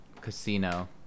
casino